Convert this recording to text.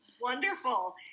wonderful